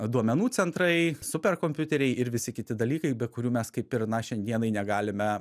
duomenų centrai superkompiuteriai ir visi kiti dalykai be kurių mes kaip ir na šiandienai negalime